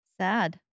sad